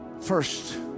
first